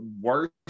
worst